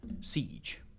siege